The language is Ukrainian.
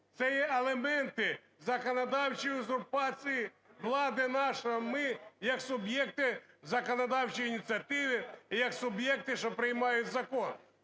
Це є елементи законодавчої узурпації влади нашої… ми як суб'єкти законодавчої ініціативи і як суб'єкти, що приймають закон.